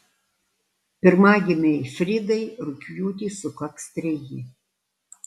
pirmagimei fridai rugpjūtį sukaks treji